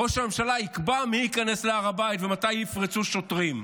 ראש הממשלה יקבע מי ייכנס להר הבית ומתי יפרצו שוטרים.